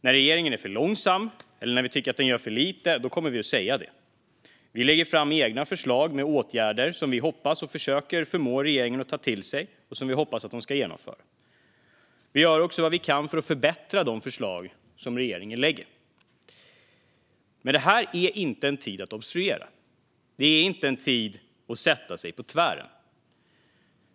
När regeringen är för långsam eller när vi tycker att den gör lite kommer vi att säga det. Vi lägger fram egna förslag med åtgärder som vi försöker förmå regeringen att ta till sig och som vi hoppas att den ska genomföra. Vi gör också vad vi kan för att förbättra de förslag som regeringen lägger fram. Det här är dock inte en tid att obstruera. Det är inte en tid att sätta sig på tvären.